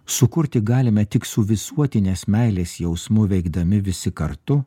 sukurti galime tik su visuotinės meilės jausmu veikdami visi kartu